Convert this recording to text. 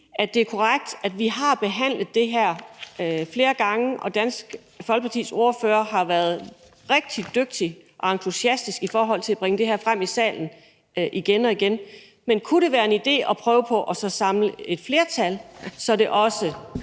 at det er korrekt, at vi har behandlet det her flere gange, og Dansk Folkepartis ordfører har været rigtig dygtig og entusiastisk i forhold til at bringe det her frem i salen igen og igen, men kunne det være en idé at prøve på at samle et flertal, så det også